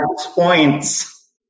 points